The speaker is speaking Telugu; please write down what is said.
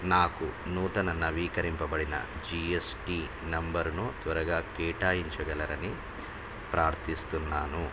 నాకు నూతన నవీకరింపబడిన జి ఎస్ టి నంబరును త్వరగా కేటాయించగలరని ప్రార్థస్తున్నాను